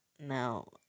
Now